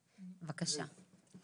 בבקשה.